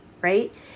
right